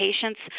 patients